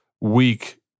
weak